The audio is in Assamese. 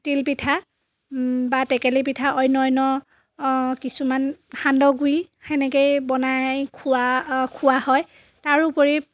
তিল পিঠা বা টেকেলি পিঠা অন্য অন্য কিছুমান সান্দহ গুড়ি সেনেকেই বনাই খোৱা খোৱা হয় তাৰোপৰি